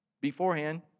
beforehand